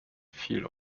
fiel